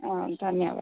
ಹಾಂ ಧನ್ಯವಾದ